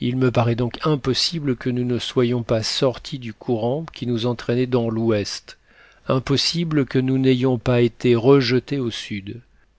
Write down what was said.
il me paraît donc impossible que nous ne soyons pas sortis du courant qui nous entraînait dans l'ouest impossible que nous n'ayons pas été rejetés au sud